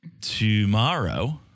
Tomorrow